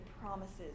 promises